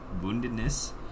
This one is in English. woundedness